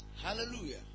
Hallelujah